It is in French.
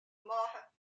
more